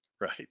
right